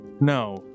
No